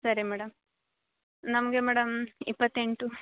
ಸರಿ ಮೇಡಮ್ ನಮಗೆ ಮೇಡಮ್ ಇಪ್ಪತ್ತೆಂಟು